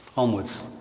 onwards.